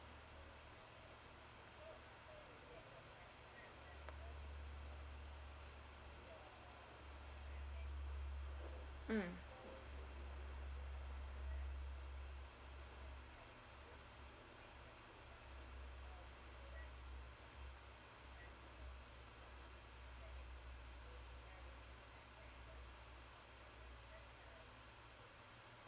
mm